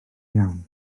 iawn